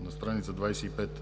на страница 25.